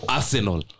Arsenal